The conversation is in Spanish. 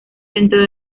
dentro